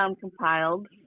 compiled